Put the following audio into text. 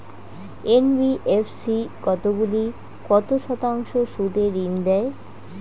NBFC কতগুলি কত শতাংশ সুদে ঋন দেয়?